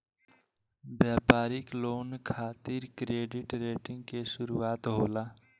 व्यापारिक लोन खातिर credit rating के जरूरत होला